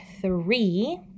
three